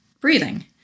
breathing